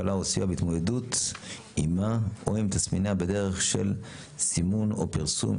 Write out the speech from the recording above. הקלה או סיוע בהתמודדות עמה או עם תסמיניה בדרך של סימון או פרסום,